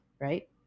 right